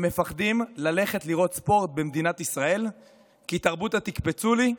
הם פוחדים ללכת לראות ספורט במדינת ישראל כי תרבות ה"תקפצו לי"